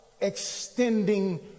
extending